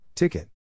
Ticket